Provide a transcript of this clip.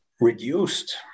reduced